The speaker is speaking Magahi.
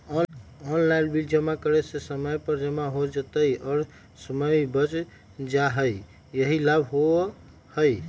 ऑनलाइन बिल जमा करे से समय पर जमा हो जतई और समय भी बच जाहई यही लाभ होहई?